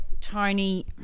Tony